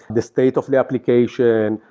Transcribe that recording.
the state of the application.